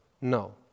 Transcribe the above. No